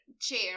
chair